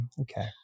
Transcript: okay